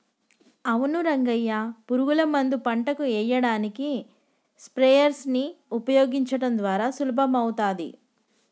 అవును రంగయ్య పురుగుల మందు పంటకు ఎయ్యడానికి స్ప్రయెర్స్ నీ ఉపయోగించడం ద్వారా సులభమవుతాది